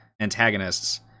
antagonists